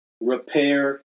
repair